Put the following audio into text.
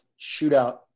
shootout